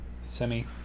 semi